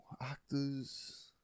actors